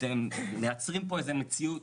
אתם מייצרים פה איזה מציאות,